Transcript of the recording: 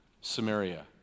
Samaria